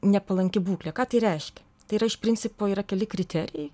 nepalanki būklė ką tai reiškia tai yra iš principo yra keli kriterijai